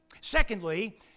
Secondly